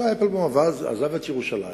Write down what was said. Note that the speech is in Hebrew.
עזאי אפלבאום עזב את ירושלים,